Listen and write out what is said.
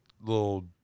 little